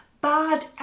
Bad